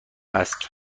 است